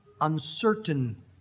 uncertain